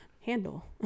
Handle